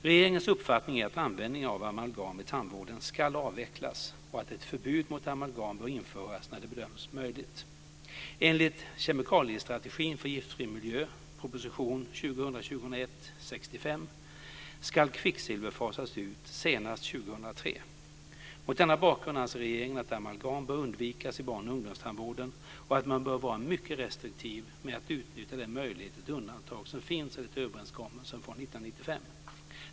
Regeringens uppfattning är att användningen av amalgam i tandvården ska avvecklas och att ett förbud mot amalgam bör införas när det bedöms vara möjligt. Enligt kemikaliestrategin för giftfri miljö 2003. Mot denna bakgrund anser regeringen att amalgam bör undvikas i barn och ungdomstandvården och att man bör vara mycket restriktiv med att utnyttja de möjligheter till undantag som finns enligt överenskommelsen från 1995.